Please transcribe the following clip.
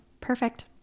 perfect